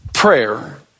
Prayer